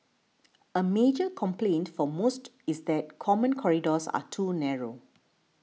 a major complaint for most is that common corridors are too narrow